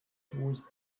towards